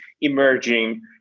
emerging